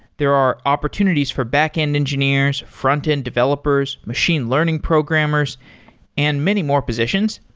there are opportunities for backend engineers, frontend developers, machine learning programmers and many more positions.